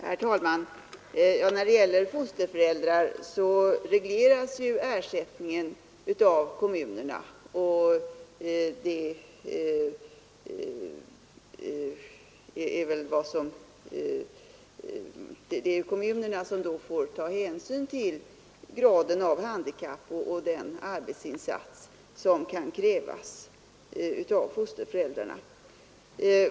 Herr talman! När det gäller fosterföräldrar regleras ju ersättningen av kommunerna, och det är kommunerna som då får ta hänsyn till graden av handikapp och den arbetsinsats som kan krävas av fosterföräldrarna.